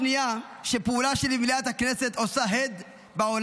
זו הפעם השנייה שפעולה שלי במליאת הכנסת עושה הד בעולם,